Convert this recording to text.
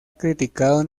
criticado